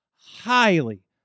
highly